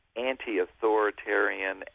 anti-authoritarian